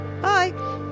Bye